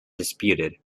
disputed